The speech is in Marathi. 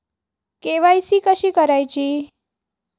के.वाय.सी कशी करायची?